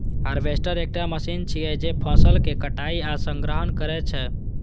harvester एकटा machine छियै, जे फसलक कटाइ आ संग्रहण करै छै